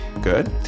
good